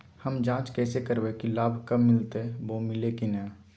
हम जांच कैसे करबे की लाभ कब मिलते बोया मिल्ले की न?